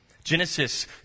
Genesis